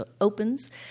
opens